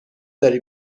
داری